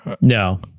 No